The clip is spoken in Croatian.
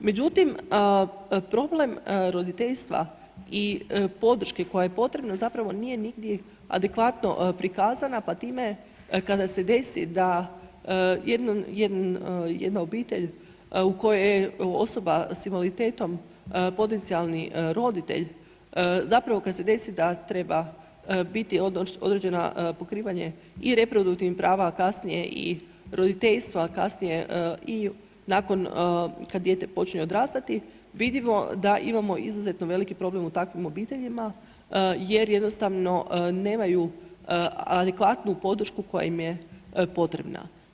Međutim, problem roditeljstva i podrške koja je potrebna zapravo nije nigdje adekvatno prikazana, pa time kada se desi da jedna obitelj u kojoj je osoba sa invaliditetom potencijalni roditelj, zapravo kad se desi da treba biti određeno pokrivanje i reproduktivnih prava, a kasnije i roditeljstva, a kasnije i nakon kad dijete počinje odrastati vidimo da imamo izuzetno problem u takvim obiteljima jer jednostavno nemaju adekvatnu podršku koja im je potrebna.